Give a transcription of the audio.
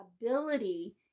ability